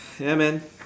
ya man